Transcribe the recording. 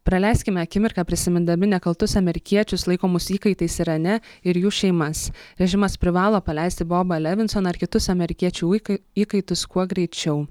praleiskime akimirką prisimindami nekaltus amerikiečius laikomus įkaitais irane ir jų šeimas režimas privalo paleisti bobą levinsoną ar kitus amerikiečių įkai įkaitus kuo greičiau